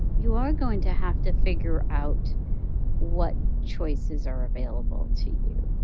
you are going to have to figure out what choices are available to you.